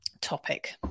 topic